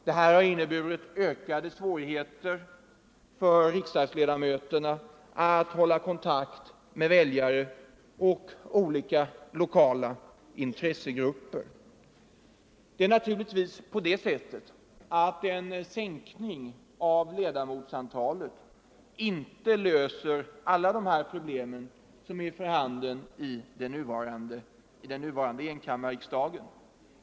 Detta har inneburit ökade svårigheter för riksdagsledamöterna att hålla kontakt med väljare och olika intressegrupper. En sänkning av ledamotsantalet löser naturligtvis inte alla de problem som är för handen i den nuvarande enkammarriksdagen.